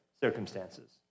circumstances